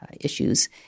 issues